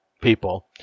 people